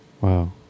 Wow